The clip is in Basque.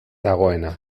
dagoena